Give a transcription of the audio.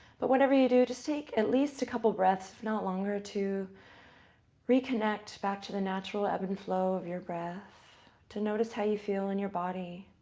but whatever you do, just take at least a couple breaths, if not longer, to reconnect back to the natural ebb and flow of your breath. to notice how you feel in your body.